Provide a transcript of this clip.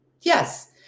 Yes